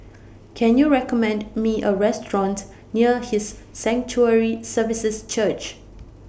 Can YOU recommend Me A Restaurant near His Sanctuary Services Church